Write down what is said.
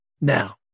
Now